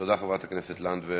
תודה, חברת הכנסת לנדבר.